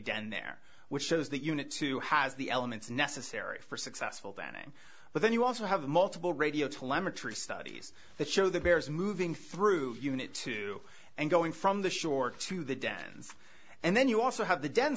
done there which shows that unit two has the elements necessary for successful banning but then you also have multiple radio telemetry studies that show the bears moving through unit two and going from the shore to the dens and then you also have the den